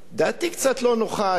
דעתי קצת לא נוחה היום.